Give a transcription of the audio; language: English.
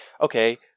okay